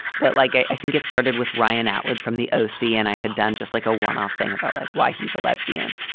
but like, i think it started with ryan atwood from the o c. and i had done just, like, a one-off thing about like why he's a lesbian